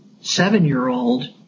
seven-year-old